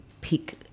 pick